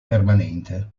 permanente